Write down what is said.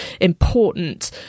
important